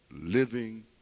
living